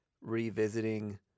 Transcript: revisiting